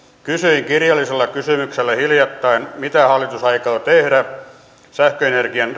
kysyin kirjallisella kysymyksellä hiljattain mitä hallitus aikoo tehdä turvatakseen sähköenergian